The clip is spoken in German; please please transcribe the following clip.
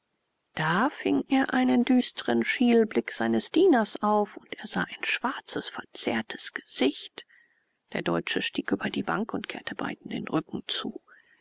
da fing er einen düstren schielblick seines dieners auf und er sah ein schwarzes verzerrtes gesicht der deutsche stieg über die bank und kehrte beiden den rücken zu